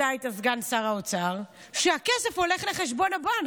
אתה היית סגן שר האוצר, שהכסף הולך לחשבון הבנק,